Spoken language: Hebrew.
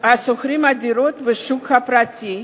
ששוכרים דירות בשוק הפרטי,